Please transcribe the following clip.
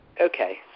okay